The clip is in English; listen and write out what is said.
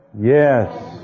Yes